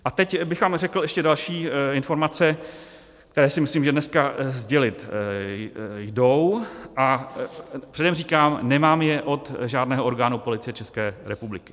A teď bych vám řekl ještě další informace, které si myslím, že dneska sdělit jdou, a předem říkám, nemám je od žádného orgánu Policie České republiky.